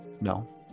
No